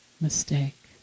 mistake